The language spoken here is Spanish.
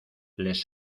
les